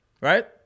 right